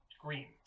green